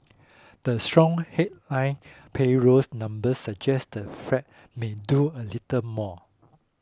the strong headline payrolls numbers suggest the Fed may do a little more